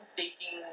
taking